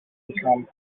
become